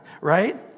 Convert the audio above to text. right